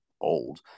old